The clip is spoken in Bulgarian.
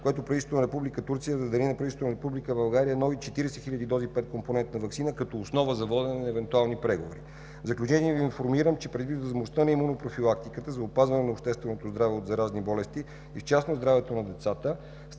на Република България нови 40 хиляди дози петкомпонентна ваксина, като основа за водене на евентуални преговори. В заключение Ви информирам, че предвид важността на имунопрофилактиката за опазване на общественото здраве от заразни болести и в частност – здравето на децата,